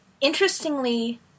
interestingly